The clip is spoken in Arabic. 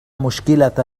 مشكلة